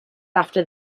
after